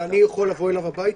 ואני יכול לבוא אליו הביתה?